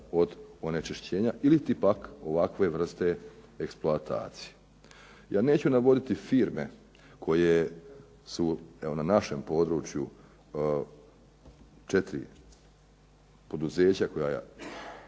od onečišćenja ili pak od ovakve vrste eksploatacije. Ja neću navoditi firme koje su evo na našem području, 4 poduzeća koja